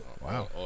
Wow